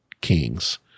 kings